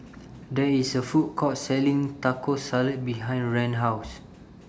There IS A Food Court Selling Taco Salad behind Rand's House